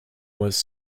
was